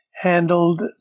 handled